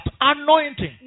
anointing